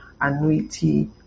annuity